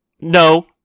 No